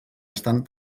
estan